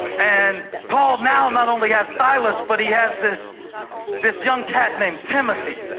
and paul now not only has silas, but he has this this young cat named timothy.